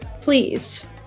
Please